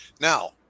Now